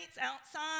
outside